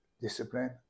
discipline